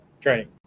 training